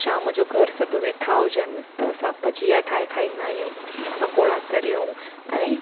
शाम जो घरु सभु वेठा हुजनि त असां भजिया ठाहे खाईंदा आहियूं पकोड़ा तरियूं ऐं